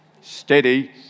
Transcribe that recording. steady